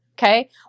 Okay